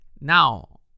now